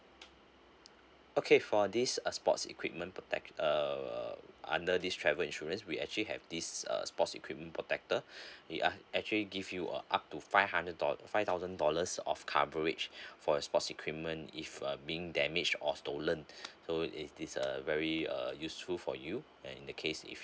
okay for this uh sports equipment per pax err under this travel insurance we actually have this uh sports equipment protector ya actually give you uh up to five hundred dollar five thousand dollars of coverage for sports equipment if uh being damage or stolen so is this a very uh useful for you and in the case if